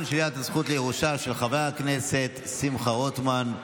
שלילת הזכות לירושה של חבר הכנסת שמחה רוטמן.